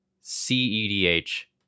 c-e-d-h